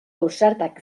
ausartak